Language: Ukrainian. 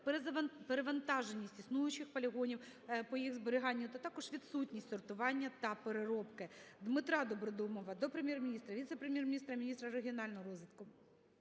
перевантаженість існуючих полігонів по їх зберіганню, а також відсутність сортування та переробки. ДмитраДобродомова до Прем'єр-міністра, віце-прем’єр-міністра, міністра регіонального розвитку,